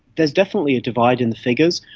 there's definitely a divide in the figures,